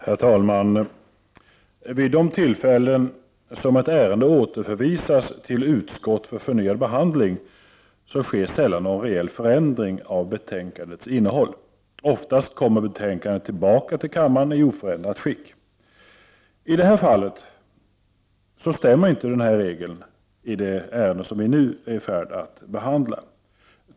Herr talman! Vid de tillfällen som ett ärende återförvisas till utskott för förnyad behandling sker sällan någon reell förändring av betänkandets innehåll. Oftast kommer betänkandet tillbaka till kammaren i oförändrat skick. I det ärende vi nu är i färd med att behandla stämmer inte denna regel.